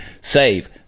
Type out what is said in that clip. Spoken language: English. Save